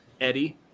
Eddie